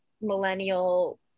millennial